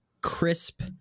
crisp